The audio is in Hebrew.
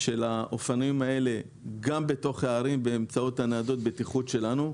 של האופנועים האלה גם בתוך הערים באמצעות ניידות הבטיחות שלנו.